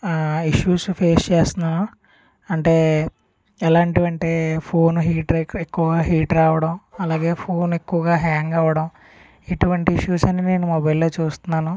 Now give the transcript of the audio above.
issues face చేస్తున్నాను అంటే ఎలాంటివంటే ఫోను హీట్ రా ఎక్కువ హీట్ రావడం అలాగే ఫోన్ ఎక్కువగా హ్యాంగ్ అవడం ఇటువంటి ఇష్యూస్ అన్ని నేను మొబైల్లో చూస్తున్నాను